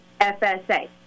FSA